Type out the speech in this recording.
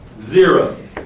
Zero